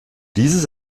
dieses